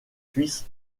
suisse